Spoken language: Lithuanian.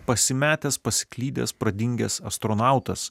pasimetęs pasiklydęs pradingęs astronautas